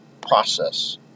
process